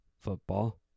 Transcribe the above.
football